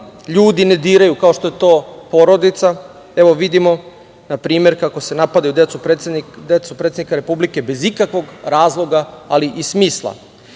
ljudi ne diraju, ako što je to porodica. Vidimo na primer kako napadaju decu predsednika Republike bez ikakvog razloga, ali i smisla. Prvo,